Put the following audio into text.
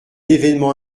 événement